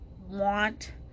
want